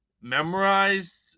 memorized